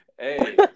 hey